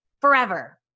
forever